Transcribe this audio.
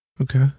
Okay